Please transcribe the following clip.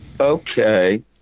okay